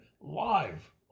live